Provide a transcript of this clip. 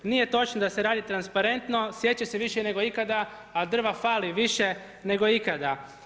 Nije točno da se radi transparentno, sječe se više nego ikada, a drva fali više nego ikada.